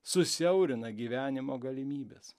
susiaurina gyvenimo galimybes